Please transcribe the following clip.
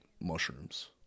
mushrooms